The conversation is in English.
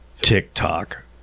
TikTok